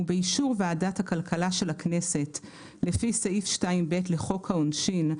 ובאישור ועדת הכלכלה של הכנסת לפי סעיף 2(ב) לחוק העונשין,